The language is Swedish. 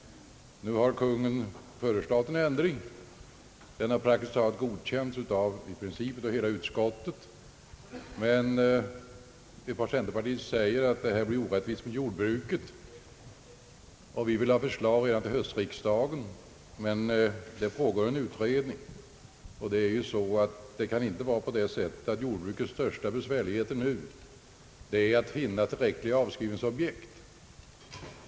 Nu har Kungl. Maj:t föreslagit en ändring. Den har praktiskt taget godkänts av alla utskottsledamöter, men ett par centerpartister säger att det blir orättvist mot jordbruket, varför de redan till höstriksdagen ville ha förslag om liknande regler för jordbruket. Men en utredning pågår, och det kan inte vara på det sättet att jordbrukets största bekymmer just nu är att finna tillräckliga avskrivningsobjekt.